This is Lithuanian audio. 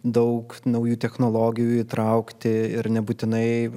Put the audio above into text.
daug naujų technologijų įtraukti ir nebūtinai